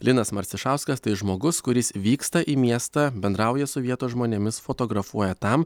linas marcišauskas tai žmogus kuris vyksta į miestą bendrauja su vietos žmonėmis fotografuoja tam